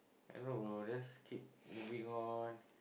I don't know just keep moving on